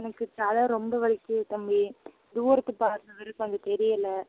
எனக்கு தலை ரொம்ப வலிக்குது தம்பி தூரத்து பார்வை வேறு கொஞ்சம் தெரியல